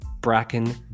Bracken